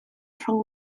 rhwng